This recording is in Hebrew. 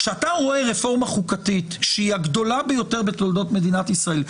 כשאתה רואה רפורמה חוקתית שהיא הגדולה ביותר בתולדות מדינת ישראל,